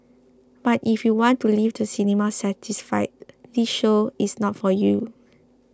but if you want to leave the cinema satisfied this show is not for you